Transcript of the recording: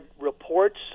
reports